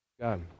God